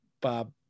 bob